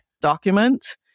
document